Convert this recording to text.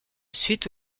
suite